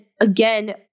again